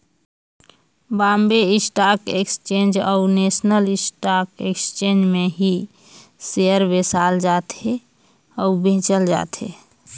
Bombay stock exchange अउ national stock exchange में ही सेयर बेसाल जाथे अउ बेंचल जाथे